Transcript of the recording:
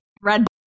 Red